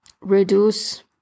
reduce